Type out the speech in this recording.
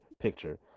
picture